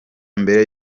mbere